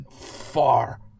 far